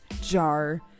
jar